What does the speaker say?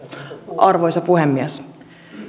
arvoisa puhemies